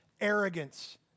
arrogance